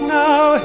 now